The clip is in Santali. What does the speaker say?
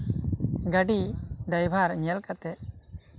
ᱜᱟ ᱰᱤ ᱰᱨᱟᱭᱵᱷᱟᱨ ᱧᱮᱞ ᱠᱟᱛᱮᱜ